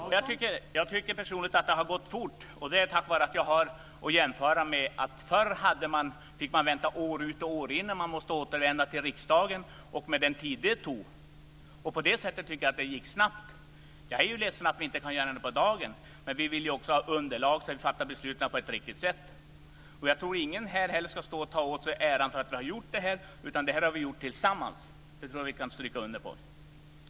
Fru talman! Jag tycker personligen att det har gått fort. Förr fick man i sådana sammanhang vänta år ut och år in, och man måste återvända till riksdagen med den tid som det tog. Mot den bakgrunden tycker jag att det gick snabbt. Jag är ledsen över att vi inte kan göra det här på dagen, men vi vill också ha ett underlag för att kunna fatta besluten på ett riktigt sätt. Jag tycker inte heller att någon här ska ta åt sig äran av att det här har gjorts. Jag vill understryka att vi har gjort det här tillsammans.